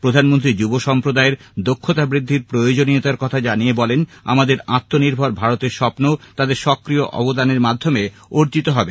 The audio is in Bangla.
প্রধানমন্ত্রী যুব সম্প্রদায়ের দক্ষতা বৃদ্ধির প্রয়োজনীয়তার কথা জানিয়ে বলেন আমাদের আত্মনির্ভর ভারতের স্বপ্ন তাদের সক্রিয় অবদানের মাধ্যমে অর্জিত হবে